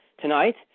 tonight